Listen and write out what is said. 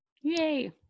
Yay